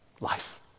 life